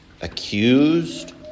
accused